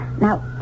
Now